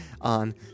on